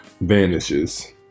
vanishes